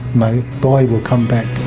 my boy will come back.